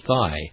thigh